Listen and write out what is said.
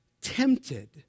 tempted